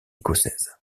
écossaise